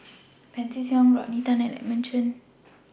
Pancy Seng Rodney Tan and Edmund Chen